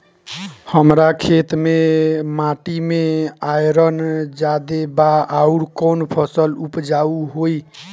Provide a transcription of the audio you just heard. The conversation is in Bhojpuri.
हमरा खेत के माटी मे आयरन जादे बा आउर कौन फसल उपजाऊ होइ?